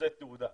נושאת תעודה.